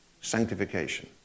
Sanctification